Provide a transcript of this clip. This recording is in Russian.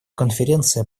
конференция